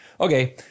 Okay